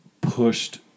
pushed